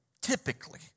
typically